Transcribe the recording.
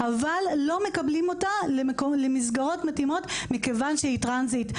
אבל לא מקבלים אותה למסגרות מתאימות מכיוון שהיא טרנסית.